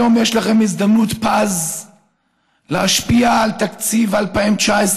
היום יש לכם הזדמנות פז להשפיע על תקציב 2019,